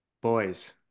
Boys